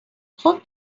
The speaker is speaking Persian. خوب